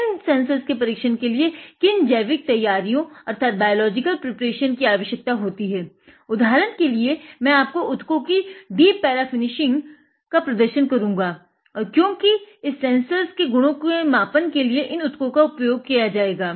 इन sensors के परीक्षण के लिए किन जैविक तैयारियों का प्रदर्शन करूंगा क्योंकि इस सेन्सर्स के गुणों के मापन के लिए इन उतकों का उपयोग किया जाएगा